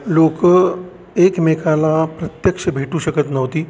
लोक एकमेकाला प्रत्यक्ष भेटू शकत नव्हती